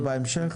או בהמשך?